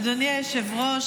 אדוני היושב-ראש,